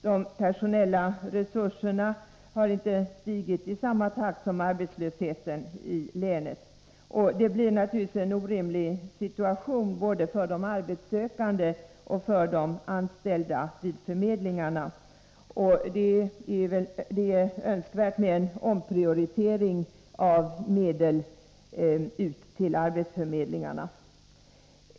De personella resurserna har inte stigit i samma takt som arbetslösheten i länet, och det leder naturligtvis till en orimlig situation, både för de arbetssökande och för de anställda vid förmedlingarna. Det är önskvärt med en omprioritering av medel ut till arbetsförmedlingarna.